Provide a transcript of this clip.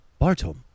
Bartom